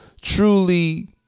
truly